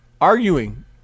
Arguing